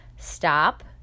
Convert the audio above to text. stop